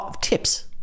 Tips